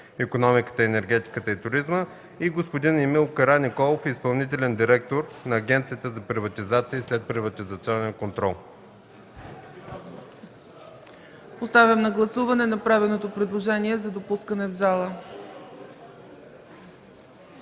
икономиката, енергетиката и туризма, и господин Емил Караниколов – изпълнителен директор на Агенцията за приватизация и следприватизационен контрол. ПРЕДСЕДАТЕЛ ЦЕЦКА ЦАЧЕВА: Поставям на гласуване направеното предложение за допускане в залата.